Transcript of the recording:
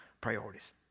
priorities